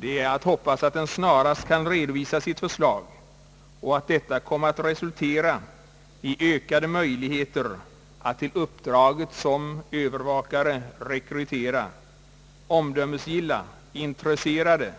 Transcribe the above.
Det är att hoppas att den snarast kan redovisa sitt förslag och att detta kommer att resultera i ökade möjlig heter att till uppdraget som övervakare rekrytera »omdömesgilla, intresserade